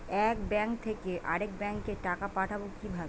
এক ব্যাংক থেকে আরেক ব্যাংকে টাকা পাঠাবো কিভাবে?